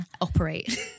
operate